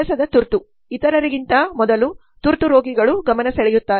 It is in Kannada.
ಕೆಲಸದ ತುರ್ತು ಇತರರಿಗಿಂತ ಮೊದಲು ತುರ್ತು ರೋಗಿಗಳು ಗಮನ ಸೆಳೆಯುತ್ತಾರೆ